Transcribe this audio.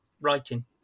writing